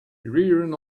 rearing